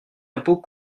d’impôt